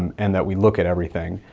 and that we look at everything,